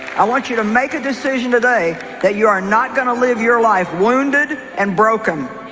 i want you to make a decision today that you are not going to live your life wounded and broken